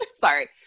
sorry